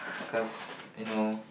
cause you know